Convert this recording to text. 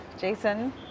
Jason